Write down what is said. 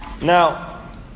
Now